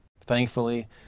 Thankfully